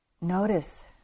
notice